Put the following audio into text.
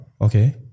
Okay